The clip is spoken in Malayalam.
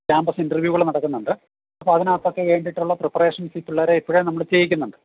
ക്യാമ്പസ് ഇൻറർവ്യൂകൾ നടക്കുന്നുണ്ട് അപ്പോൾ അതിനകത്തൊക്കെ വേണ്ടിയിട്ടുള്ള പ്രിപ്പറേഷൻസീ പിള്ളേരെ ഇപ്പോഴേ നമ്മൾ ചെയ്യിക്കുന്നുണ്ട്